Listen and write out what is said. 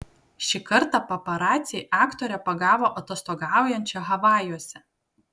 šį kartą paparaciai aktorę pagavo atostogaujančią havajuose